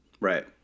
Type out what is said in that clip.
Right